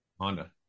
Honda